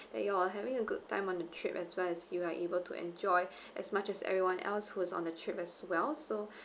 that you are having a good time on the trip as well as you are able to enjoy as much as everyone else who's on the trip as well so